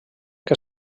que